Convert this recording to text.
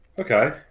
Okay